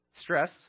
Stress